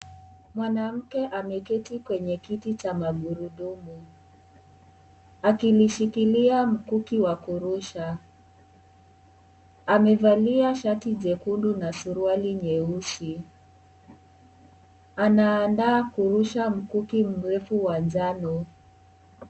Mwanamke ameketi kwenye kiti cha magurudumu akilishikilia mkuki wa kurusha , amevalia shati jekundu na sururali nyeusi . Anaanda kurusha mkuki mrefu wa njano.